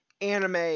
anime